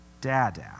dada